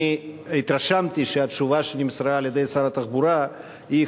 אני התרשמתי שהתשובה שנמסרה על-ידי שר התחבורה היא,